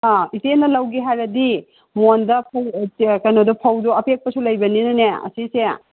ꯑꯥ ꯏꯆꯦꯅ ꯂꯧꯒꯦ ꯍꯥꯏꯔꯗꯤ ꯃꯣꯟꯗ ꯐꯧ ꯀꯩꯅꯣꯗ ꯐꯧꯗꯣ ꯑꯄꯦꯛꯄꯁꯨ ꯂꯩꯕꯅꯤꯅꯅꯦ ꯑꯁꯤꯁꯦ